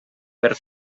per